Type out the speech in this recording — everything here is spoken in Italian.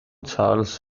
charles